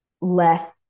less